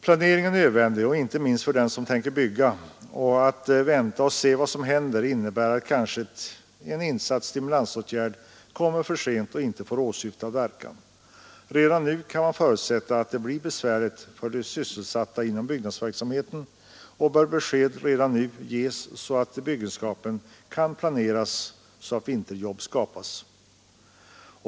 Planering är nödvändig, inte minst för den som tänker bygga, och att vänta och se vad som händer innebär kanske att en insatt stimulansåtgärd kommer för sent och inte får åsyftad verkan. Redan nu kan man förutsätta att det blir besvärligt för de inom byggnadsverksamheten sysselsatta, och besked bör redan nu ges så att byggenskapen kan planeras så att vinterjobb skapas.